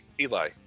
Eli